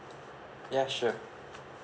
ya sure